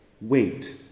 Wait